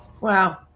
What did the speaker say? Wow